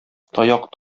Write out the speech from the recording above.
таяк